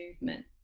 movement